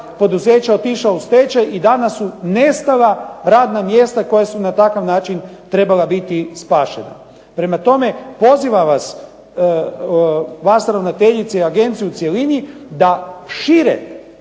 poduzeća otišla u stečaj i danas su nestala radna mjesta koja su na takav način trebala biti spašena. Prema tome pozivam vas, vas ravnateljice i agenciju u cjelini da šire